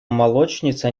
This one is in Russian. молочница